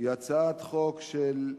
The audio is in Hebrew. היא הצעת חוק של,